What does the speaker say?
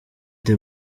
the